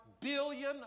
billion